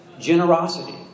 generosity